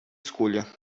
escolha